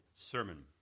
sermon